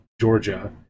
Georgia